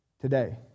today